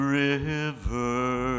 river